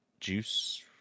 juice